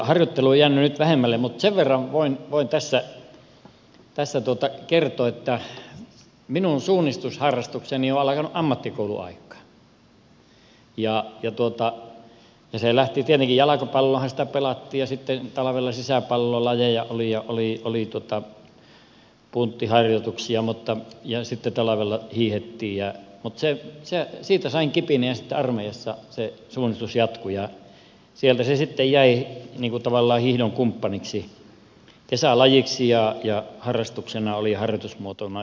harjoittelu on jäänyt nyt vähemmälle mutta sen verran voin tässä kertoa että minun suunnistusharrastukseni on alkanut ammattikoulun aikaan jalkapalloahan sitä tietenkin pelattiin ja sitten talvella sisäpallolajeja oli ja oli punttiharjoituksia ja sitten talvella hiihdettiin mutta siitä sain kipinän ja sitten armeijassa se suunnistus jatkui ja sieltä se sitten jäi tavallaan hiihdon kumppaniksi kesälajiksi ja harrastuksena oli yhtenä harjoitusmuotona